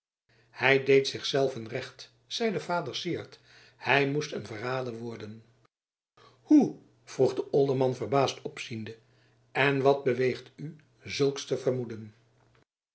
hij deed zich zelven recht zeide vader syard hij moest een verrader worden hoe vroeg de olderman verbaasd opziende en wat beweegt u zulks te vermoeden